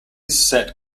set